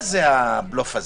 מה זה הבלוף הזה?